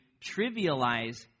trivialize